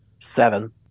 Seven